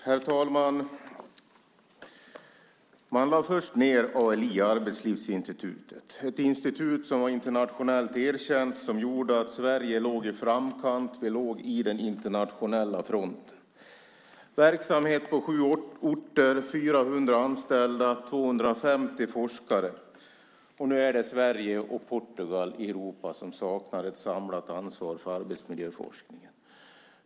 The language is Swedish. Herr talman! Man lade först ned Arbetslivsinstitutet, ALI, ett institut som var internationellt erkänt och som gjorde att Sverige låg i framkant. Vi låg i den internationella fronten. Det bedrevs verksamhet på sju orter med 400 anställda och 250 forskare. Nu är det Sverige och Portugal i Europa som saknar ett samlat ansvar för arbetsmiljöforskningen.